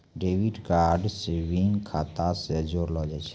debit card savings खाता से जोड़लो जाय छै